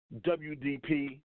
WDP